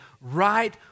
right